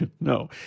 no